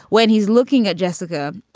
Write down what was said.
when he's looking at jessica,